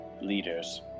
leaders